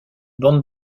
bande